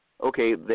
okay